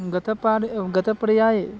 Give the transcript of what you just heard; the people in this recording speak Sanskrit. गतपारे गतपर्याये